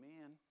man